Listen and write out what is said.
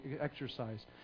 exercise